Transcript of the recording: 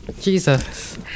Jesus